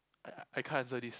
I I can't answer this